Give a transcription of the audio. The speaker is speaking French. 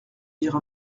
dire